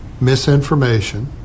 misinformation